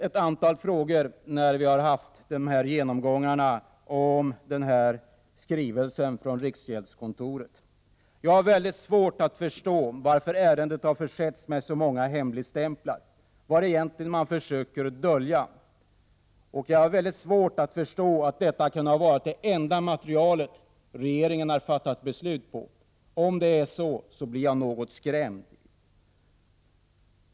Efter genomgångarna om skrivelsen från riksgäldskontoret uppstår lätt ett antal frågor. Jag har mycket svårt att förstå varför ärendet har försetts med så många hemligstämplar. Vad är det man försöker dölja? Jag har svårt att förstå att detta kunnat vara det enda material regeringen haft att fatta beslut på. Om det är så blir jag något skrämd.